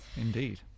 Indeed